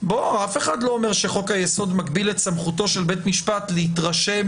אף אחד לא אומר שחוק היסוד מגביל את סמכותו של בית משפט להתרשם